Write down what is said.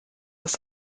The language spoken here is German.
das